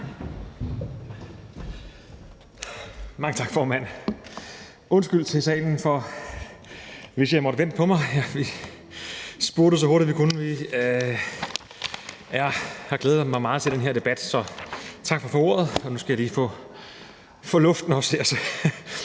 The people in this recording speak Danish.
Mange tak, formand. Undskyld til salen, at I måtte vente på mig. Vi spurtede så hurtigt, vi kunne. Jeg har glædet mig meget til den her debat, så tak for ordet. Nu skal jeg lige få vejret også.